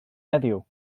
heddiw